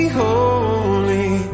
holy